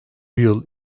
yıl